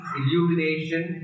illumination